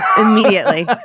immediately